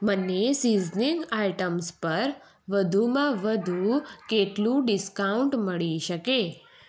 મને seasoning items પર વધુમાં વધુ કેટલું ડિસ્કાઉન્ટ મળી શકે